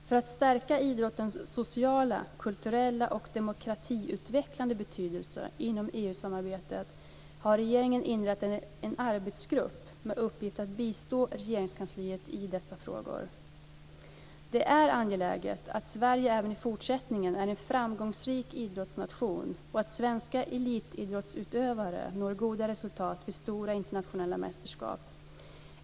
För att stärka idrottens sociala, kulturella och demokratiutvecklande betydelse inom EU-samarbetet har regeringen inrättat en arbetsgrupp med uppgift att bistå Regeringskansliet i dessa frågor. Det är angeläget att Sverige även i fortsättningen är en framgångsrik idrottsnation och att svenska elitidrottsutövare når goda resultat vid stora internationella mästerskap.